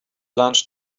lunch